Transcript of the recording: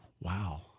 Wow